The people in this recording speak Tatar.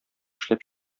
эшләп